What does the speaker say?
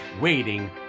waiting